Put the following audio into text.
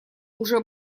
уже